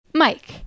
Mike